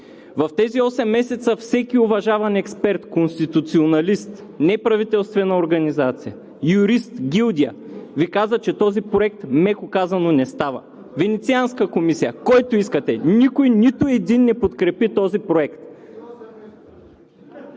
В тези осем месеца всеки уважаван експерт конституционалист, неправителствена организация, юрист, гилдия, Ви каза, че този проект, меко казано, не става – Венецианската комисия, който искате, никой, нито един, не подкрепи този проект.